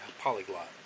polyglot